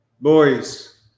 Boys